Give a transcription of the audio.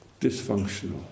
dysfunctional